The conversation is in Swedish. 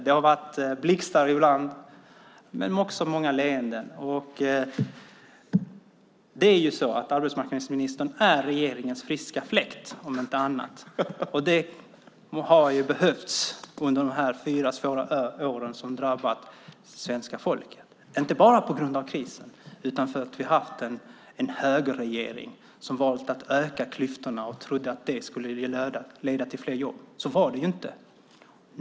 Det har varit blixtar ibland men också många leenden. Arbetsmarknadsministern är regeringens friska fläkt om inte annat, och det har behövts under de här fyra svåra åren som drabbat svenska folket - inte bara på grund av krisen utan på grund av att vi haft en högerregering som valt att öka klyftorna och trodde att det skulle leda till fler jobb. Så var det inte.